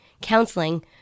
counseling